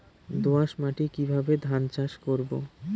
দোয়াস মাটি কিভাবে ধান চাষ করব?